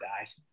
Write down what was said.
guys